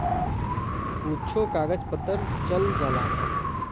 कुच्छो कागज पत्तर चल जाला